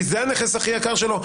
כי זה הנכס הכי יקר שלו.